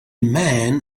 man